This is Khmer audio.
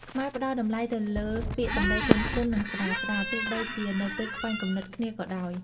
ខ្មែរផ្ដល់់តម្លៃទៅលើពាក្យសម្ដីទន់ភ្លន់ និងស្រាលៗ ទោះបីជានៅពេលខ្វែងគំនិតគ្នាក៏ដោយ។